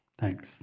Thanks